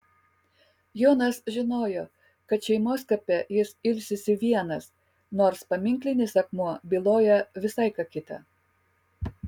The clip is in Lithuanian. jonas žinojo kad šeimos kape jis ilsisi vienas nors paminklinis akmuo byloja visai ką kita